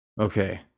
Okay